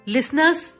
Listeners